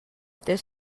this